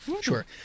Sure